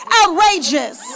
outrageous